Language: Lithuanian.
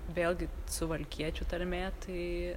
vėlgi suvalkiečių tarmė tai